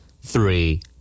Three